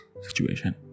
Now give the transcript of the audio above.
situation